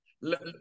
let